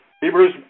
Hebrews